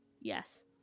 yes